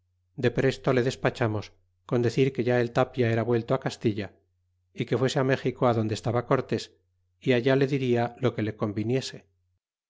depresto le despachamos con decir que ya el tapia era vuelto á castilla é que fuese á méxico adonde estaba cortés é allá le diria lo que le conviniese